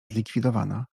zlikwidowana